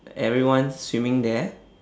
everyone swimming there